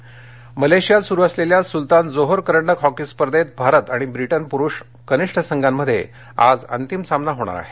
Sultan Johor करंडक मलेशियात सुरु असलेल्या सुलतान जोहोर करंडक हॉकी स्पर्धेत भारत आणि ब्रिटन पुरुष कनिष्ठ संघांमध्ये आज अंतिम सामना होणार आहे